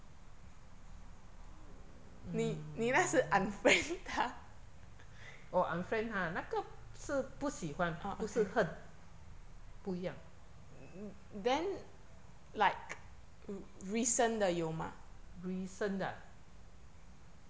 mm 我 unfriend 她那个是不喜欢不是恨不一样 recent 的啊